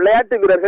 விளையாட்டு வீரர்கள்